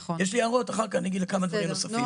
יש לי הערות אחר כך לכמה דברים נוספים.